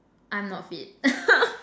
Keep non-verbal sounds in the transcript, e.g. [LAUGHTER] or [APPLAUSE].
I'm not fit [LAUGHS]